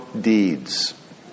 deeds